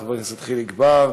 חבר הכנסת חיליק בר,